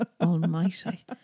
Almighty